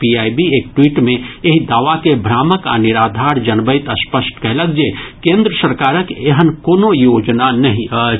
PIB एक tweet मे एहि दावा के भ्रामक आ निराधार जनबैत स्पष्ट कयलक जे केन्द्र सरकारक एहन कोनो योजना नहि अछि